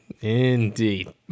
Indeed